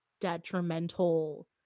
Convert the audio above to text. detrimental